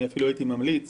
אני אפילו הייתי ממליץ